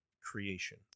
creation